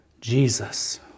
Jesus